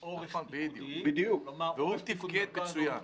היה עורף פיקודי, בדיוק, והוא תפקד מצוין.